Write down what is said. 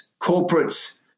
corporates